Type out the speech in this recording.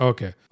Okay